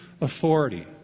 authority